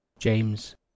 James